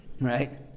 right